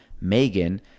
Megan